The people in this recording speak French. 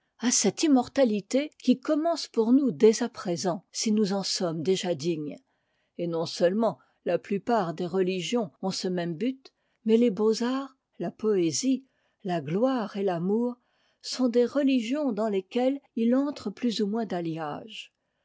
à cette immortalité qui commence pour nous dès à présent si nous en sommes déjà dignes et non-seulement la plupart des religions ont ce même but mais les beaux-arts la poésie la gloire et l'amour sont des religions dans lesquelles il entre plus ou moins d'alliage